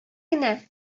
генә